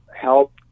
help